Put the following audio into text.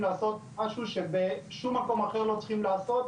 לעשות משהו שבשום מקום אחר לא צריכים לעשות.